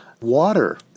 Water